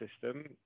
system